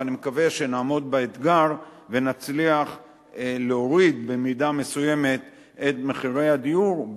ואני מקווה שנעמוד באתגר ונצליח להוריד במידה מסוימת את מחירי הדיור,